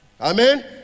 Amen